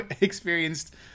experienced